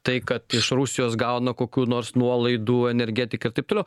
tai kad iš rusijos gauna kokių nors nuolaidų energetika ir taip toliau